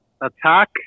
attack